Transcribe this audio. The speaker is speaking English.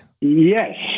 Yes